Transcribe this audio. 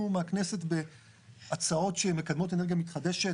מהכנסת בהצעות שמקדמות אנרגיה מתחדשת.